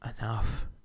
enough